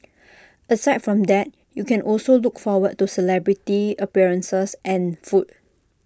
aside from that you can also look forward to celebrity appearances and food